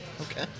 Okay